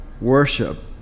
worship